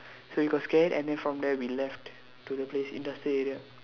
so he got scared and then from there we left to the place industrial area